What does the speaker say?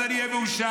אז אני אהיה מאושר.